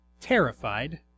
terrified